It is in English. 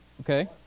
Okay